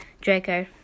Draco